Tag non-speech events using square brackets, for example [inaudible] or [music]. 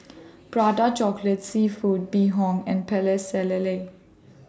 Prata Chocolate Seafood Bee Hoon and [unintelligible] Lele